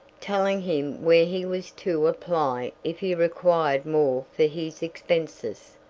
telling him where he was to apply if he required more for his expenses.